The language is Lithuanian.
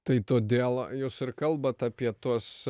tai todėl jūs ir kalbat apie tuos